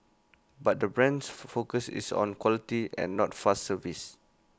but the brand's focus is on quality and not fast service